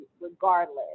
regardless